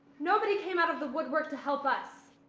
nobody came out of the woodwork to help us,